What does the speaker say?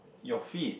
your feet